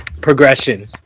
Progression